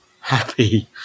happy